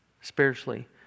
spiritually